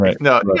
no